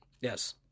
Yes